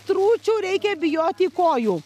stručių reikia bijoti kojų